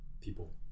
people